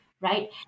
right